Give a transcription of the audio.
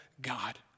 God